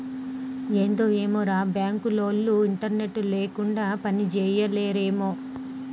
ఏందో ఏమోరా, బాంకులోల్లు ఇంటర్నెట్ లేకుండ పనిజేయలేరేమో